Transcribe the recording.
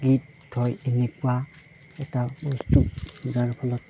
গীত হয় এনেকুৱা এটা বস্তু যাৰ ফলত